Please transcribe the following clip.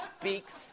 speaks